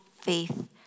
faith